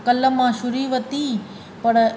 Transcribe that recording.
कल्ह मां छुरी वरिती पड़